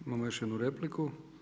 Imamo još jednu repliku.